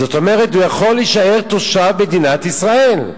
זאת אומרת: הוא יכול להישאר תושב מדינת ישראל.